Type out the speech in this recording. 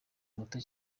muto